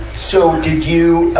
so, did you, ah,